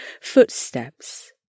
footsteps